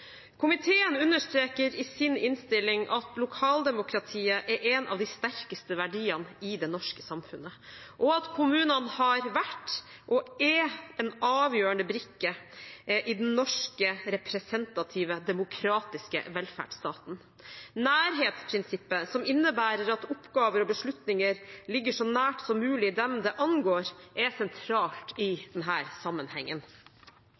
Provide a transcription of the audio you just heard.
Komiteen understreker i sin innstilling at lokaldemokratiet er en av de sterkeste verdiene i det norske samfunnet, og at kommunene har vært og er en avgjørende brikke i den norske representative demokratiske velferdsstaten. Nærhetsprinsippet, som innebærer at oppgaver og beslutninger ligger så nært som mulig dem det angår, er sentralt